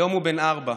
היום הוא בן ארבע,